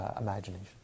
imagination